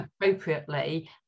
appropriately